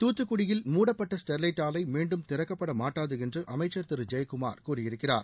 துத்துக்குடியில் மூடப்பட்ட ஸ்டெர்லைட் ஆலை மீண்டும் திறக்கப்பட மாட்டாது என்று அமைச்சர் திரு ஜெயக்குமார் கூறியிருக்கிறார்